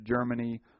Germany